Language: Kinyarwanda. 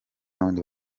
n’ubundi